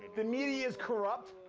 the media's corrupt,